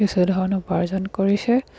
কিছু ধন উপাৰ্জন কৰিছে